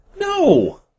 No